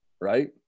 right